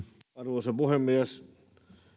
arvoisa puhemies